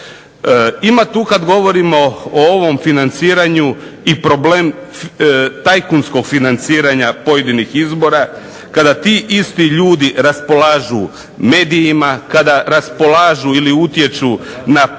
Ima tu kad govorimo o ovom financiranju i problem tajkunskog financiranja pojedinih izbora, kada ti isti ljudi raspolažu medijima, kada raspolažu ili utječu na pisanje